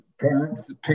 parents